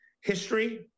history